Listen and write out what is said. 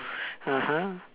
(uh huh)